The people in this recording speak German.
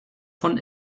von